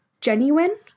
genuine